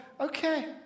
okay